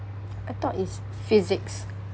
I thought it's physics